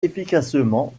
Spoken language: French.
efficacement